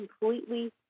completely